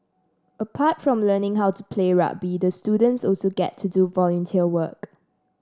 apart from learning how to play rugby the students also get to do volunteer work